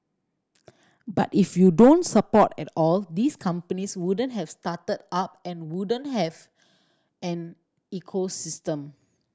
but if you don't support at all these companies wouldn't have started up and wouldn't have an ecosystem